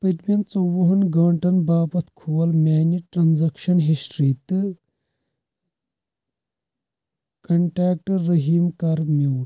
پٔتمٮ۪ن ژۄوہن گٲنٛٹن باپتھ کھول میانہِ ٹرانزیکشن ہسٹری تہٕ کنٹیکٹ رٔحیٖم کر میوٗٹ